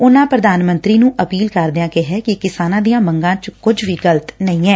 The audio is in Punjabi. ਉਨਾਂ ਪ੍ਰਧਾਨ ਮੰਤਰੀ ਨੂੰ ਅਪੀਲ ਕਰਦਿਆਂ ਕਿਹੈ ਕਿ ਕਿਸਾਨਾਂ ਦੀਆਂ ਮੰਗਾਂ ਚ ਕੁਝ ਵੀ ਗਲਤ ਨਹੀ ਐ